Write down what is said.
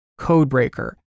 Codebreaker